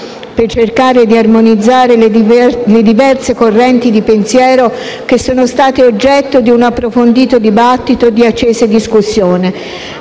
per cercare di armonizzare le diverse correnti di pensiero che sono state oggetto di un approfondito dibattito e di accesa discussione.